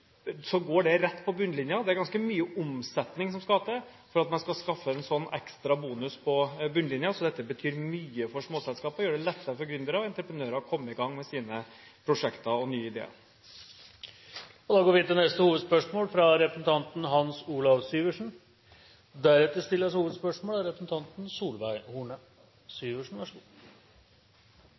rett på bunnlinjen. Det er ganske mye omsetning som skal til for å kunne skaffe en sånn ekstra bonus på bunnlinjen. Så dette betyr mye for småselskapene, og gjør det lettere for gründere og entreprenører å komme i gang med sine prosjekter og nye ideer. Vi går til neste hovedspørsmål.